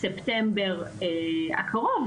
ספטמבר הקרוב,